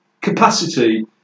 capacity